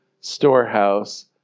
storehouse